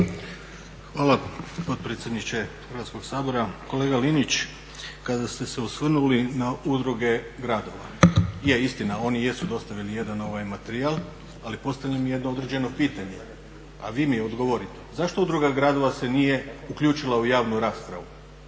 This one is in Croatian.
Hvala potpredsjedniče Hrvatskog sabora. Kolega Linić, kada ste se osvrnuli na Udruge gradova, je istina oni jesu dostavili jedan materijal, ali postavljam jedno određeno pitanje, a vi mi odgovorite. Zašto Udruga gradova se nije uključila u javnu raspravu?